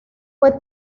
fue